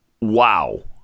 Wow